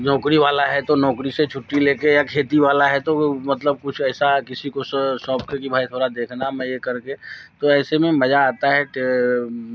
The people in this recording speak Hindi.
नौकरी वाला है तो नौकरी से छुट्टी ले के या खेती वाला है तो वो मतलब कुछ ऐसा किसी को सोंप के कि भाई थोड़ा देखना मैं ये कर के तो ऐसे में मज़ा आता है कि